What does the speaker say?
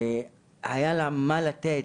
היה לה מה לתת,